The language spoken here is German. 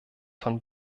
von